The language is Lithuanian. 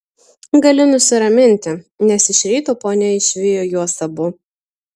gali nusiraminti nes iš ryto ponia išvijo juos abu